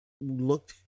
looked